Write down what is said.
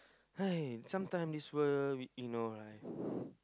I sometime this world you know right